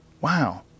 Wow